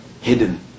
hidden